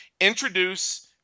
introduce